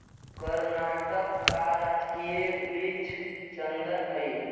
कर्नाटक का राजकीय वृक्ष चंदन हई